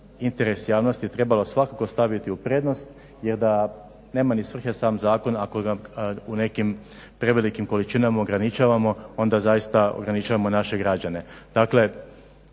interes javnosti trebalo svakako staviti u prednost jer da nema ni svrhe sam zakon ako ga u nekim prevelikim količinama ograničavamo, onda zaista ograničavamo naše građene.